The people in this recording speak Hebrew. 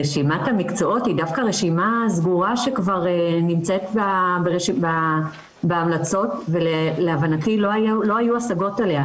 רשימה סגורה שנמצאת בהמלצות ולהבנתי לא היו הסגות עליה.